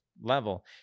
level